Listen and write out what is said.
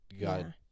God